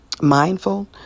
mindful